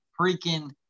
freaking